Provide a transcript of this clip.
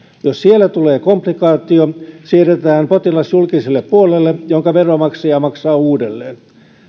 jos siellä tulee komplikaatio siirretään potilas julkiselle puolelle jonka veronmaksaja maksaa uudelleen